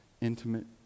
intimate